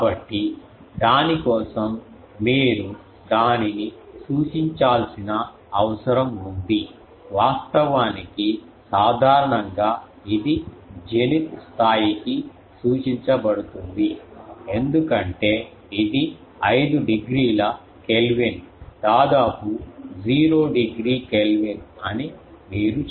కాబట్టి దాని కోసం మీరు దానిని సూచించాల్సిన అవసరం ఉంది వాస్తవానికి సాధారణంగా ఇది జెనిత్ స్థాయికి సూచించబడుతుంది ఎందుకంటే ఇది 5 డిగ్రీల కెల్విన్ దాదాపు 0 డిగ్రీ కెల్విన్ అని మీరు చెప్పగలరు